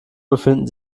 befinden